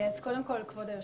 קודם כול, כבוד היושב-ראש,